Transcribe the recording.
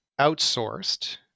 outsourced